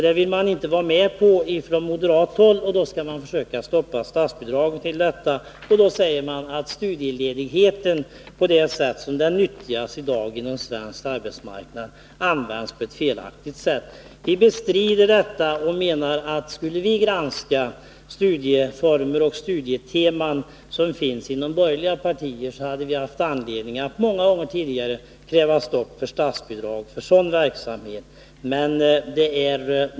Det vill moderaterna inte vara med om och försöker tydligen stoppa statsbidragsgivningen till denna drive. De säger att studieledigheten på det sätt som den i dag nyttjas inom svensk arbetsmarknad används på ett felaktigt sätt. Vi bestrider detta och anser att vi i så fall många gånger tidigare haft anledning att stoppa statsbidrag till skilda studieprojekt som de borgerliga partierna tagit initiativ till.